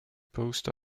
post